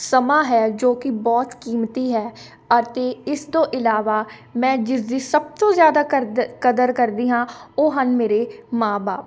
ਸਮਾਂ ਹੈ ਜੋ ਕਿ ਬਹੁਤ ਕੀਮਤੀ ਹੈ ਅਤੇ ਇਸ ਤੋਂ ਇਲਾਵਾ ਮੈਂ ਜਿਸਦੀ ਸਭ ਤੋਂ ਜ਼ਿਆਦਾ ਕਰਦ ਕਦਰ ਕਰਦੀ ਹਾਂ ਉਹ ਹਨ ਮੇਰੇ ਮਾਂ ਬਾਪ